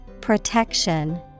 Protection